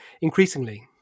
increasingly